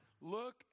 look